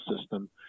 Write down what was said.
system